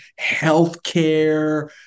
healthcare